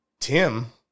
Tim